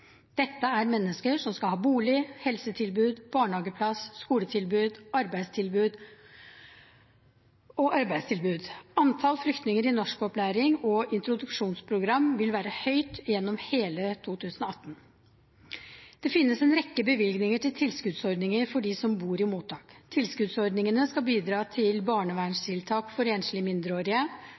Dette er mennesker som skal ha bolig, helsetilbud, barnehageplass, skoletilbud og arbeidstilbud. Antallet flyktninger i norskopplæring og introduksjonsprogram vil være høyt gjennom hele 2018. Det finnes en rekke bevilgninger til tilskuddsordninger for dem som bor i mottak. Tilskuddsordningene skal bidra til barnevernstiltak for enslige mindreårige,